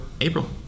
April